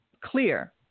clear